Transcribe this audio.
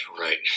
right